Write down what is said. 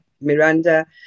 Miranda